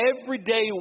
everyday